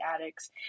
addicts